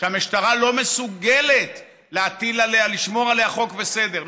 שהמשטרה לא מסוגלת לשמור עליה עם חוק וסדר.